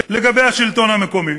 לגבי השלטון המקומי.